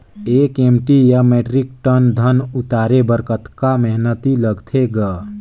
एक एम.टी या metric ton धन उतारे बर कतका मेहनती लगथे ग?